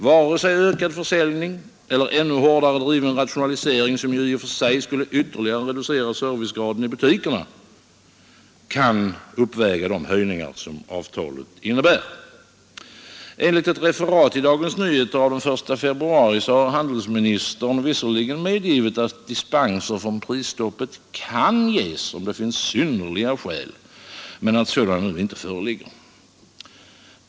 Varken ökad försäljning eller ännu hårdare driven rationalisering — som ju i och för sig skulle ytterligare reducera servicegraden i butikerna — kan uppväga de kostnadshöjningar som avtalet innebär. Enligt ett referat i Dagens Nyheter den 1 februari har handelsministern visserligen medgivit att dispenser från prisstoppet kan ges, om det finns synnerliga skäl, men att sådana nu inte föreligger.